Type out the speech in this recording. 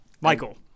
Michael